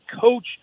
coach